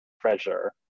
treasure